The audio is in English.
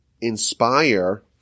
inspire